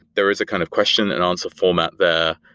there is a kind of question and answer format there.